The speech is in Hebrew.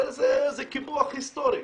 הרי זה קיפוח היסטורי.